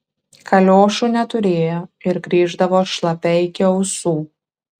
kaliošų neturėjo ir grįždavo šlapia iki ausų